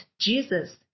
Jesus